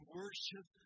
worship